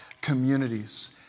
communities